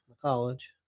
college